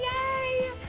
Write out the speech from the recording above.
yay